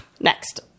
Next